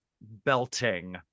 belting